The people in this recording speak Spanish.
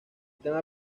tema